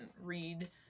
read